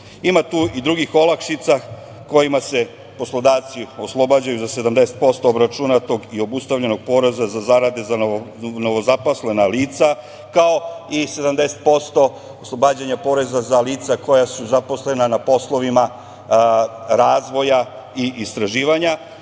11%.Ima tu i drugih olakšica kojima se poslodavci oslobađaju za 70% obračunatog i obustavljenog poreza za zarade za novozaposlena lica, kao i 70% oslobađanja poreza za lica koja su zaposlena na poslovima razvoja i istraživanja.